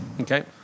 Okay